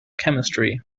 chemistry